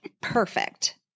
perfect